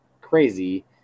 crazy